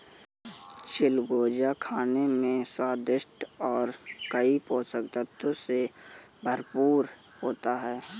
चिलगोजा खाने में स्वादिष्ट और कई पोषक तत्व से भरपूर होता है